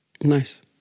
Nice